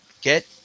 get